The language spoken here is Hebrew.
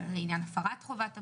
לעניין הפרת חובת הבידוד,